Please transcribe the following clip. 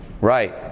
Right